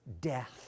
death